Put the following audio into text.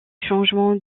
changement